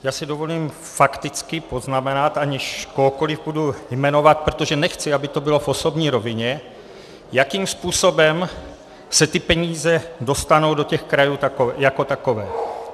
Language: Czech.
Já si dovolím fakticky poznamenat, aniž budu kohokoliv jmenovat, protože nechci, aby to bylo v osobní rovině, jakým způsobem se ty peníze dostanou do těch krajů jako takové.